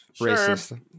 racist